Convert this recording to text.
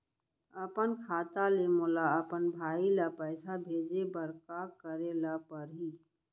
अपन खाता ले मोला अपन भाई ल पइसा भेजे बर का करे ल परही?